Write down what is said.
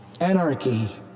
Anarchy